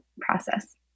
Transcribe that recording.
process